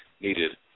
needed